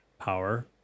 power